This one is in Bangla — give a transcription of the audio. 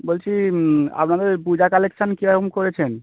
বলছি আপনাদের পূজা কালেকশান কীরকম করেছেন